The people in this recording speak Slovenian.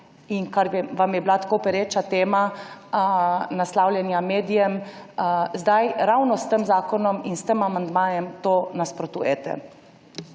in kar je bila tako pereča tema naslavljanja medijem, zdaj ravno s tem zakonom in s tem amandmajem temu nasprotujete.